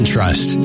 Trust